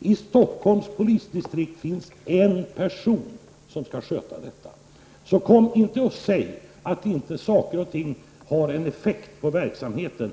I Stockholms polisdistrikt finns det en person som skall sköta detta. Kom inte och säg att inte saker och ting har en effekt på verksamheten!